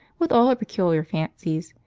with all her peculiar fancies,